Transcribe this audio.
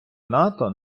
нато